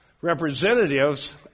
representatives